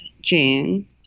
June